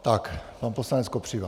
Tak, pan poslanec Kopřiva.